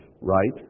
right